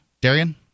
Darian